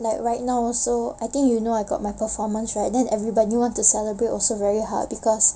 like right now also I think you know I got my performance right then everybody want to celebrate also very hard because